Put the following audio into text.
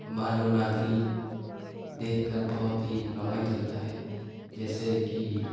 मानव नागरिक देखकर बहुत ही प्रभावित होता है जैसे कि